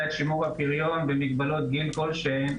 את שימור הפריון במגבלות גיל כלשהן